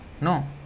No